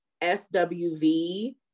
swv